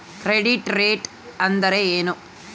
Credit rate ಅಂದರೆ ಏನು?